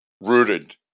rooted